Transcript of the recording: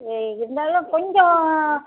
சரி இருந்தாலும் கொஞ்சம்